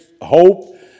hope